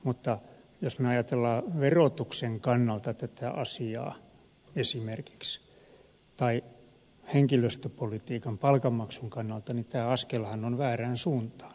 mutta jos me ajattelemme verotuksen kannalta tätä asiaa esimerkiksi tai henkilöstöpolitiikan palkanmaksun kannalta niin tämä askelhan on väärään suuntaan